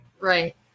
Right